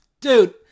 Dude